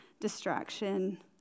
distraction